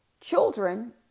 children